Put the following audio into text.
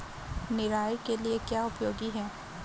निराई के लिए क्या उपयोगी है?